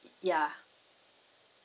yeah